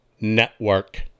Network